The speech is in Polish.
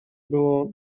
było